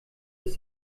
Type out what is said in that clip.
ist